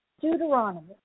Deuteronomy